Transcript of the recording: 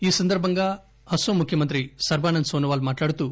ఈ సందర్బంగా అస్పోం ముఖ్యమంత్రి సర్బానంద్ సోనో వాల్ మాట్లాడుతూ